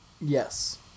Yes